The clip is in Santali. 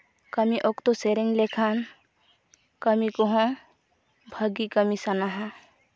ᱠᱟᱹᱢᱤ ᱚᱠᱛᱚ ᱥᱮᱨᱮᱧ ᱞᱮᱠᱷᱟᱱ ᱠᱟᱹᱢᱤ ᱠᱚᱦᱚᱸ ᱵᱷᱟᱜᱮ ᱠᱟᱹᱢᱤ ᱥᱟᱱᱟᱣᱟ